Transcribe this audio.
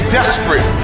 desperate